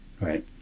right